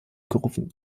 gerufen